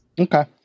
Okay